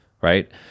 Right